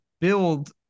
build